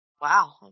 Wow